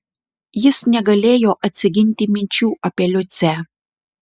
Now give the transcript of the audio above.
jis negalėjo atsiginti minčių apie liucę